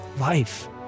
life